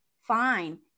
fine